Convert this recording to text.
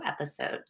episode